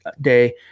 day